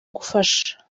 gufasha